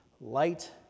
Light